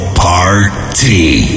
party